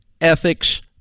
ethics –